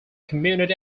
community